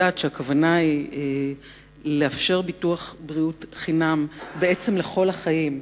כיוון שאני יודעת שהכוונה היא לאפשר ביטוח בריאות חינם בעצם לכל החיים,